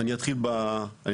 ואני אתחיל בעיקר,